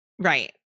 Right